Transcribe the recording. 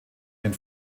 den